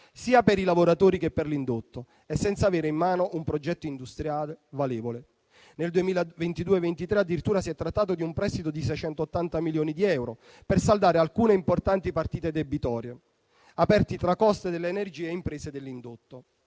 sia per i lavoratori che per l'indotto e senza avere in mano un progetto industriale valevole. Nel 2022-23 addirittura si è trattato di un prestito di 680 milioni di euro per saldare alcune importanti partite debitorie aperte tra costi delle energie e imprese dell'indotto.